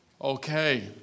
Okay